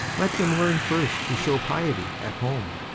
let them learn first to shew piety at home,